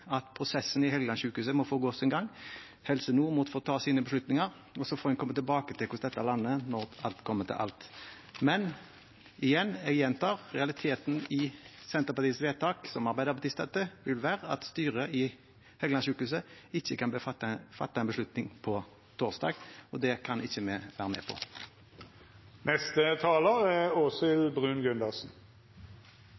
at prosessen i Helgelandssykehuset må få gå sin gang. Helse Nord må få ta sine beslutninger. Og så får man komme tilbake til hvor dette lander når alt kommer til alt. Men jeg gjentar: Realiteten i Senterpartiets vedtak, som Arbeiderpartiet støtter, vil være at styret i Helgelandssykehuset ikke kan fatte en beslutning på torsdag, og det kan ikke vi være med